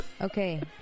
Okay